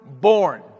born